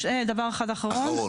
דבר אחרון,